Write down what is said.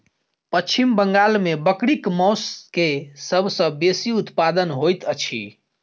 पश्चिम बंगाल में बकरीक मौस के सब सॅ बेसी उत्पादन होइत अछि